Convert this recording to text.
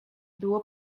było